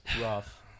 rough